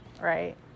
Right